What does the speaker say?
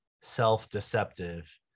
self-deceptive